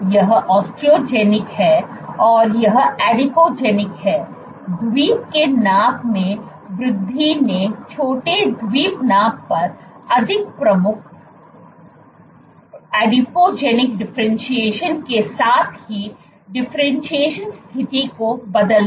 यह ओस्टोजेनिक है और यह एडिपोजेनिक है द्वीप के नाप में वृद्धि ने छोटे द्वीप नाप पर अधिक प्रमुख एडोजेनिक डिफरेंटशिएशन के साथ की डिफरेंटशिएशन स्थिति को बदल दिया